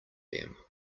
them